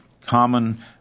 common